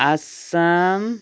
Assam